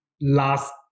last